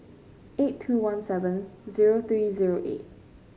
eight two one seven zero three zero eight